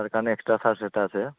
তাৰকাৰণে extra charge এটা আছে